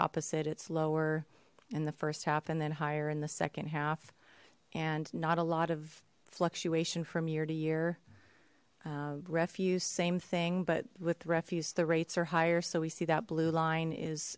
opposite it's lower in the first half and then higher in the second half and not a lot of fluctuation from year to year refuse same thing but with refuse the rates are higher so we see that blue line is